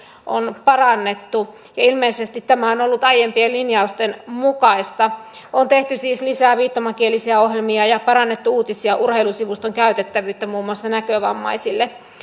on parannettu ja ilmeisesti tämä on ollut aiempien linjausten mukaista on tehty siis lisää viittomakielisiä ohjelmia ja parannettu uutis ja urheilusivuston käytettävyyttä muun muassa näkövammaisille